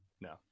no